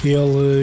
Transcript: Ele